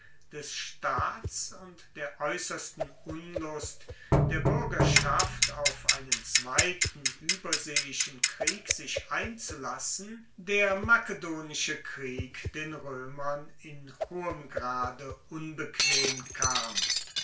des staats und der aeussersten unlust der buergerschaft auf einen zweiten ueberseeischen krieg sich einzulassen der makedonische krieg den roemern in hohem grade unbequem kam